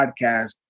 podcast